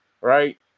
right